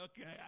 Okay